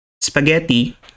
spaghetti